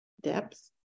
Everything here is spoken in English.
depth